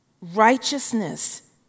Righteousness